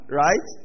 right